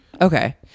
okay